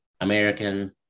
American